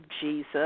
Jesus